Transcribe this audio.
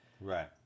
Right